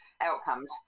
outcomes